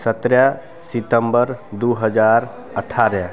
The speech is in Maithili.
सतरह सितम्बर दुइ हजार अठारह